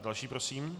Další prosím.